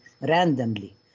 randomly